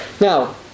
Now